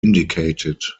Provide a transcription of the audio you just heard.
indicated